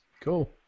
Cool